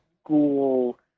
school